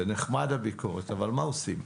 זה נחמד הביקורת, אבל מה עושים?